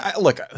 look